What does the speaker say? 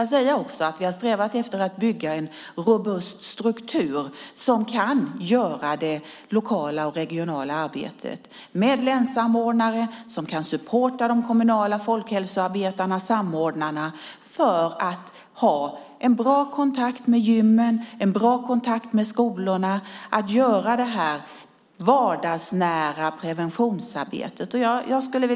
Vi har strävat efter att bygga en robust struktur för det lokala och regionala arbetet med länssamordnare som kan supporta de kommunala folkhälsoarbetarna, samordnarna, så att de kan ha en bra kontakt med gymmen och skolorna och göra det vardagsnära preventionsarbetet.